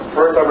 First